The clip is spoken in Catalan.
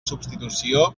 substitució